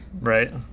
right